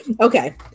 okay